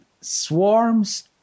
swarms